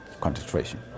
concentration